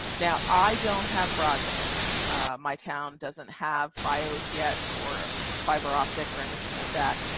now i don't have broadband my town doesn't have files yet or fiber optic or anything like that.